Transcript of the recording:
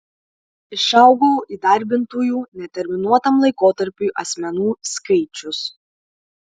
išaugo įdarbintųjų neterminuotam laikotarpiui asmenų skaičius